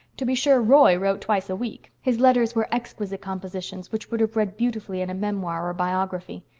to be sure, roy wrote twice a week his letters were exquisite compositions which would have read beautifully in a memoir or biography.